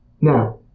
Now